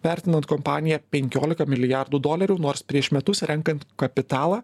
vertinant kompaniją penkiolika milijardų dolerių nors prieš metus renkant kapitalą